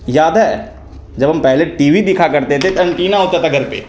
याद है जब हम पहले टी वी देखा करते थे तो अंटीना होता था घर पर